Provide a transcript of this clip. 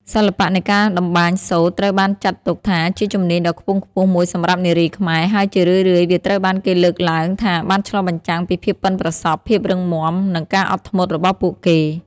សិល្បៈនៃការតម្បាញសូត្រត្រូវបានចាត់ទុកថាជាជំនាញដ៏ខ្ពង់ខ្ពស់មួយសម្រាប់នារីខ្មែរ ហើយជារឿយៗវាត្រូវបានគេលើកឡើងថាបានឆ្លុះបញ្ចាំងពីភាពប៉ិនប្រសប់ ភាពរឹងមាំ និងការអត់ធ្មត់របស់ពួកគេ។